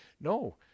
No